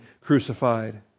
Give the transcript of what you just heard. crucified